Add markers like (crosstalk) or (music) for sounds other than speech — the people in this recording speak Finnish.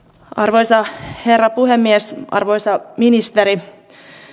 (unintelligible) arvoisa herra puhemies arvoisa ministeri